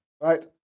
Right